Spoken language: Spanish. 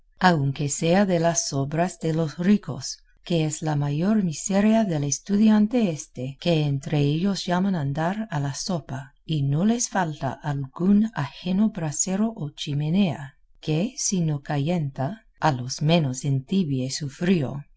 aunque sea de las sobras de los ricos que es la mayor miseria del estudiante éste que entre ellos llaman andar a la sopa y no les falta algún ajeno brasero o chimenea que si no callenta a lo menos entibie su frío y